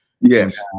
Yes